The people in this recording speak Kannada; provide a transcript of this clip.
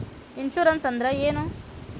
ಇನ್ಶೂರೆನ್ಸ್ ಅಂದ್ರ ಏನು?